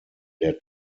der